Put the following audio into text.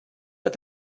but